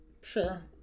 Sure